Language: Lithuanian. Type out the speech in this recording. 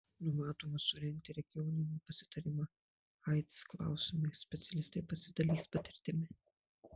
numatoma surengti regioninį pasitarimą aids klausimais specialistai pasidalys patirtimi